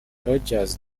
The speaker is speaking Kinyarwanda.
rogers